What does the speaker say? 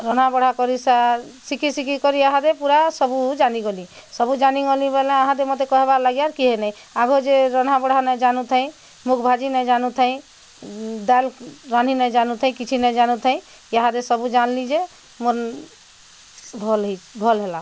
ରନ୍ଧାବଢ଼ା କରି ସାର୍ ଶିଖି ଶିଖି କରି ଇହାଦେ ପୂରା ସବୁ ଜାନିଗଁଲି ସବୁ ଜାନିଗଁଲି ବୋଲେ ଆହାଦେ ମୋତେ କହେବା ଲାଗି କିଏ ନାଇଁ ଆଗ ଯେ ରନ୍ଧାବଢ଼ା ନାଇଁ ଜାନୁଥାଇ ମୁଗ୍ ଭାଜି ନାଇଁ ଜାନୁଥାଇ ଡାଏଲ୍ ରାନ୍ଧି ନାଇଁ ଜାନୁଥାଁଇ କିଛି ନାଇଁ ଜାନୁଥାଇ ଇହାଦେ ସବୁ ଜାଁନଲି ଯେ ମୋର୍ ଭଲ୍ ଭଲ୍ ହେଲା